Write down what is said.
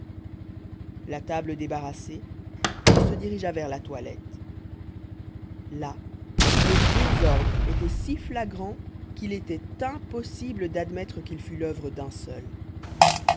la table débarrassée il se dirigea vers la toilette là le désordre était si flagrant qu'il était impossible d'admettre qu'il fût l'oeuvre d'un seul